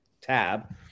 tab